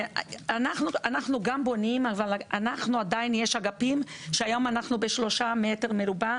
אנחנו גם בונים אבל עדיין יש אגפים שהיום אנחנו בשלושה מטר מרובע,